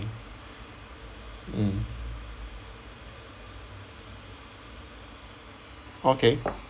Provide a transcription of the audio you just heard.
mm okay